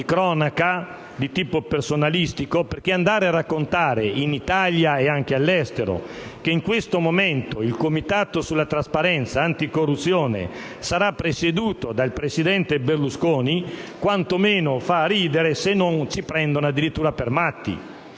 di tipo personalistico, perché andare a raccontare in Italia e all'estero che in questo momento il Comitato sulla trasparenza, anticorruzione sarà presieduto dal presidente Berlusconi fa quantomeno ridere, se non ci prendono addirittura per matti.